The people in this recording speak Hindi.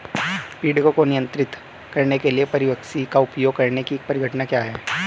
पीड़कों को नियंत्रित करने के लिए परभक्षी का उपयोग करने की परिघटना क्या है?